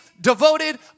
devoted